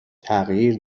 تغییر